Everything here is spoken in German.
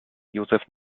joseph